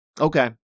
Okay